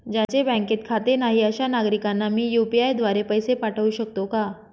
ज्यांचे बँकेत खाते नाही अशा नागरीकांना मी यू.पी.आय द्वारे पैसे पाठवू शकतो का?